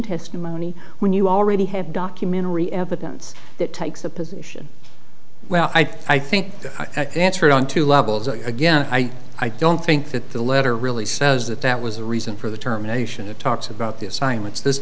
testimony when you already have documentary evidence that takes the position well i think i can answer it on two levels and again i i don't think that the letter really says that that was a reason for the terminations of talks about the assignments this